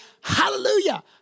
Hallelujah